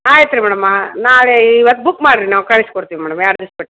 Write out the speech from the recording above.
ಆಯ್ತು ರೀ ಮೇಡಮ ನಾಳೆ ಇವತ್ತು ಬುಕ್ ಮಾಡ್ರಿ ನಾವು ಕಳ್ಸಿ ಕೊಡ್ತೀವಿ ಮೇಡಮ್ ಎರಡು ದಿವಸ ಬಿಟ್ಟು